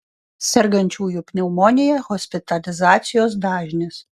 sergančiųjų pneumonija hospitalizacijos dažnis